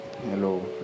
Hello